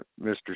Mr